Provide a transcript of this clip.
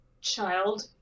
child